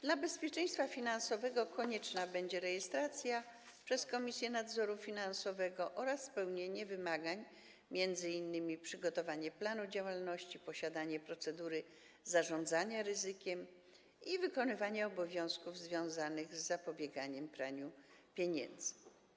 Dla bezpieczeństwa finansowego konieczna będzie rejestracja przez Komisję Nadzoru Finansowego oraz spełnienie wymagań, m.in. przygotowania planu działalności, posiadania procedury zarządzania ryzykiem i wykonywania obowiązków związanych z zapobieganiem praniu pieniędzy.